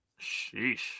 Sheesh